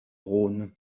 rhône